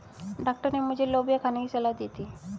doctor ने मुझे लोबिया खाने की सलाह दी थी